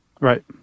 Right